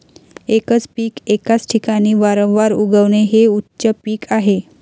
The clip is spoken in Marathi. एकच पीक एकाच ठिकाणी वारंवार उगवणे हे उच्च पीक आहे